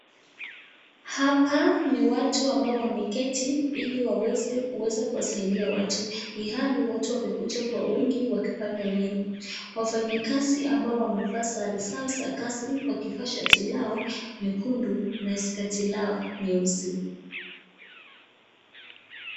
Hapa ni watu ambao wameketi ili waweze kuweza kuwasaidia watu ilhali watu wamekuja kwa wingi wakipanga laini. Wafanyikazi ambao wamevaa sare zao za kazi wakivaa shati lao nyekundu na sketi lao nyeusi.